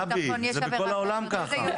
גבי, זה בכל העולם ככה.